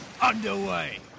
underway